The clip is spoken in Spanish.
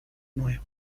nuevo